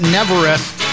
Neverest